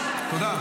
תודה.